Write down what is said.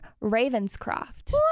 Ravenscroft